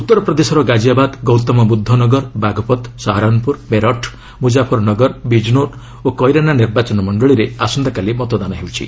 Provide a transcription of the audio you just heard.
ଉତ୍ତର ପ୍ରଦେଶର ଗାଜିଆବାଦ ଗୌତମବୁଦ୍ଧ ନଗର ବାଘ୍ପତ୍ ଶହାରଳନ୍ପୁର ମେରଠ ମୁଜାଫରନଗର ବିକ୍ନୋର୍ ଓ କଇରାନା ନିର୍ବାଚନ ମଣ୍ଡଳୀରେ ଆସନ୍ତାକାଲି ମତଦାନ ହେଉଛି